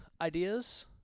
ideas